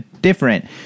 different